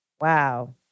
Wow